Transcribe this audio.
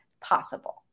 possible